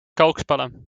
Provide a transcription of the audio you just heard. kookspullen